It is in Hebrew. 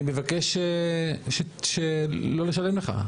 אני מבקש לא לשלם לך.